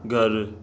घर